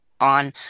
on